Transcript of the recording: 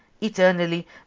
eternally